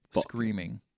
screaming